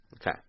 Okay